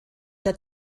der